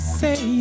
say